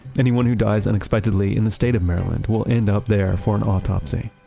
anyone who dies unexpectedly in the state of maryland will end up there for an autopsy.